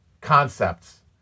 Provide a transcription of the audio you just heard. concepts